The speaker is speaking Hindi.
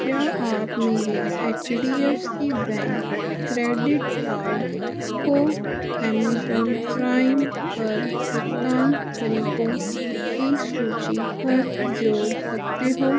क्या आप मेरे H D F C bank credit card को एमोज़ोन प्राइम पर भुगतान तरीक़ों की सूची पर जोड़ सकते हैं